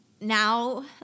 now